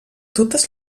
totes